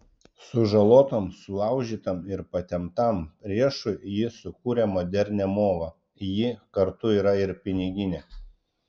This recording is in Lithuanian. sužalotam sulaužytam ar patemptam riešui ji sukūrė modernią movą ji kartu yra ir piniginė